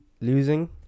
Losing